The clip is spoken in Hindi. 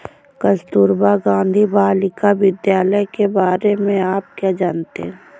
कस्तूरबा गांधी बालिका विद्यालय के बारे में आप क्या जानते हैं?